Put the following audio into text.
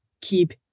keep